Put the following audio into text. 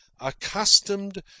accustomed